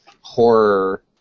horror